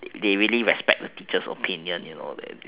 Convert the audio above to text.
they really respect the teacher's opinion you know